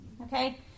okay